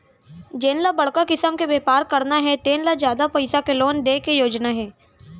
जेन ल बड़का किसम के बेपार करना हे तेन ल जादा पइसा के लोन दे के योजना हे